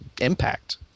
impact